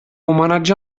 homenatge